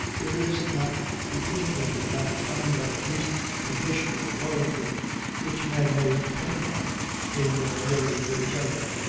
there is not between women that fund of at least conditional loyalty which men may depend on in their dealings with each other.